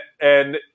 and-